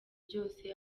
byose